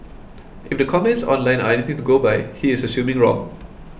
if the comments online are anything to go by he is assuming wrong